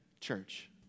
church